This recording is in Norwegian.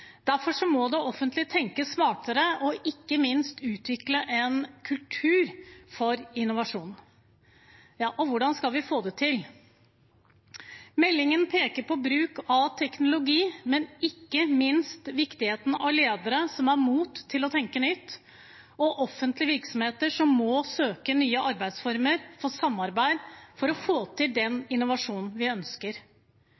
Derfor må det offentlige tenke smartere og ikke minst utvikle en kultur for innovasjon. Hvordan skal vi få det til? Meldingen peker på bruk av teknologi, men ikke minst på viktigheten av ledere som har mot til å tenke nytt, og offentlige virksomheter som må søke nye arbeidsformer for samarbeid for å få til den